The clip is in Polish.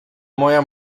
moja